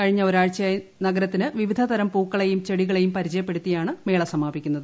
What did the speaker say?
കഴിഞ്ഞ ഒരാഴ്ചയായി നഗരത്തിന് വിവിധതരം പൂക്കളെയും ചെടികളെയും പരിചയപ്പെടുത്തിയാണ് മേള സമാപിക്കുന്നത്